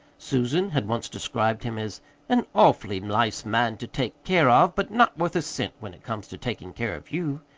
susan had once described him as an awfully nice man to take care of, but not worth a cent when it comes to takin' care of you.